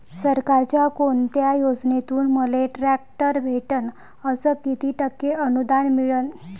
सरकारच्या कोनत्या योजनेतून मले ट्रॅक्टर भेटन अस किती टक्के अनुदान मिळन?